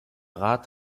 rat